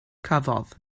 cafodd